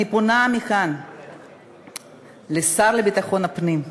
אני פונה מכאן לשר לביטחון הפנים.